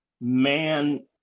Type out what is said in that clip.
man